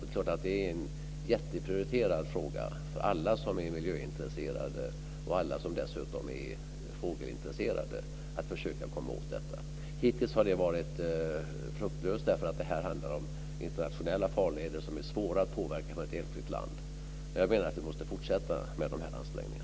Det är klart att det är en jätteprioriterad fråga för alla som är miljöintresserade och alla som dessutom är fågelintresserade att försöka komma åt detta. Hittills har det varit fruktlöst eftersom det här handlar om internationella farleder som är svåra att påverka för ett enskilt land. Men jag menar att vi måste fortsätta med dessa ansträngningar.